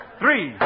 three